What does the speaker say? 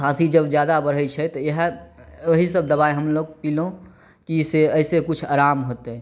खाँसी जब जादा बढ़ै छै तऽ इएह एहि सब दबाइ हमलोग पीलहुॅं कि से एहिसे किछु आराम होतै